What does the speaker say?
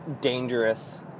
Dangerous